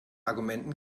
argumenten